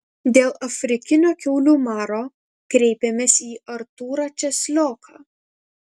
dėl afrikinio kiaulių maro kreipėmės į artūrą česlioką